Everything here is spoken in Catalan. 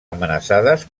amenaçades